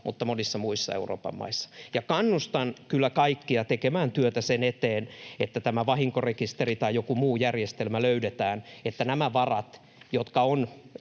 mutta monissa muissakin Euroopan maissa. Ja kannustan kyllä kaikkia tekemään työtä sen eteen, että vahinkorekisteri tai joku muu järjestelmä löydetään, niin että nämä varat, jotka on